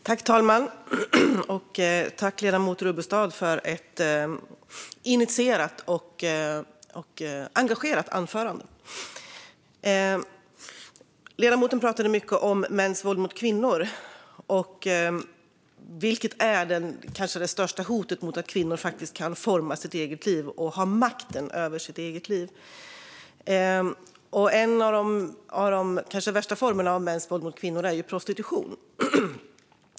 Fru talman! Tack, ledamoten Rubbestad, för ett initierat och engagerat anförande! Ledamoten pratade mycket om mäns våld mot kvinnor, vilket kanske är det största hotet mot att kvinnor faktiskt ska kunna forma och ha makten över sina egna liv. En av de kanske värsta formerna av mäns våld mot kvinnor är ju prostitution.